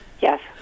Yes